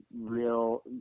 real